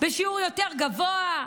בשיעור יותר גבוה.